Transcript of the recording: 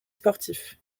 sportif